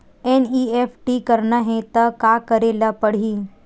NEFT करना हे त का करे ल पड़हि?